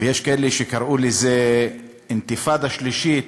ויש כאלה שקראו לזה אינתיפאדה שלישית,